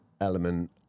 element